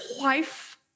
wife